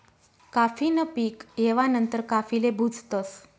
काफी न पीक येवा नंतर काफीले भुजतस